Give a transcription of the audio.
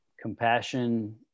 compassion